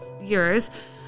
years